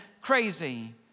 crazy